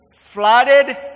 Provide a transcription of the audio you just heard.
flooded